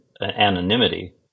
anonymity